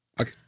Okay